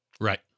Right